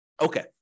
okay